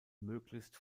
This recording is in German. möglichst